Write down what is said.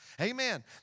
Amen